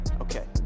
okay